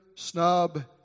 Snub